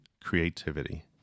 creativity